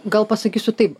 gal pasakysiu taip